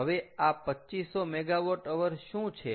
હવે આ 2500 MWH શું છે